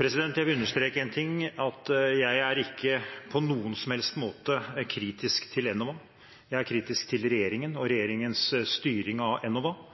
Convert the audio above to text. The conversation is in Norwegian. Jeg vil understreke en ting: Jeg er ikke på noen som helst måte kritisk til Enova. Jeg er kritisk til regjeringen og regjeringens styring av